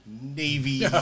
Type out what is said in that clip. Navy